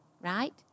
right